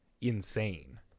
insane